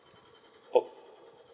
ok